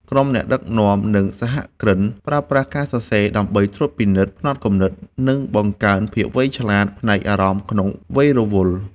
ក្រុមអ្នកដឹកនាំ និងសហគ្រិន ប្រើប្រាស់ការសរសេរដើម្បីត្រួតពិនិត្យផ្នត់គំនិត និងបង្កើនភាពឆ្លាតវៃផ្នែកអារម្មណ៍ក្នុងវ័យរវល់។